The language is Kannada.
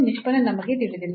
ನಿಷ್ಪನ್ನ ನಮಗೆ ತಿಳಿದಿಲ್ಲ